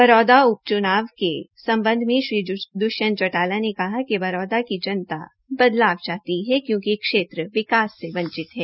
बरौदा उप चुनाव के सम्बध श्री चौटाला ने कहा कि बरोदा की जनता बदलाव चाहती है क्योकि क्षेत्रविकास से वंचित है